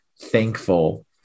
thankful